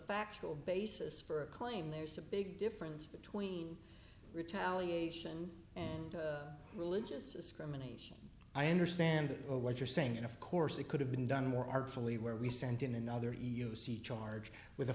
factual basis for a claim there's a big difference between retaliation and religious discrimination i understand what you're saying and of course it could have been done more artfully where we sent in another u c charge with a